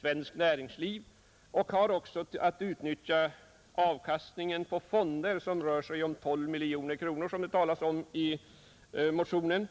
svenskt näringsliv och även kan utnyttja avkastningen på fonder som rör sig om 12 miljoner kronor, såsom framhålles i motionen.